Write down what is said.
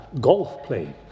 golf-playing